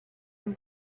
have